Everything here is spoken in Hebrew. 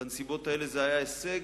בנסיבות האלה זה היה הישג.